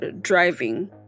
driving